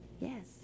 yes